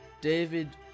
David